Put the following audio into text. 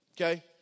Okay